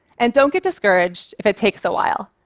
and don't get discouraged if it takes a while.